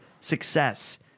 success